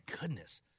goodness